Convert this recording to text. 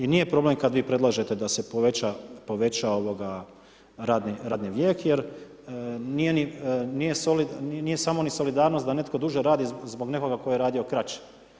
I nije problem kada vi predlažete da se poveća radni vijek jer nije samo ni solidarnost da netko duže radi zbog nekoga tko je radio kraće.